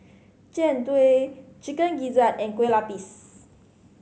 Jian Dui Chicken Gizzard and Kueh Lapis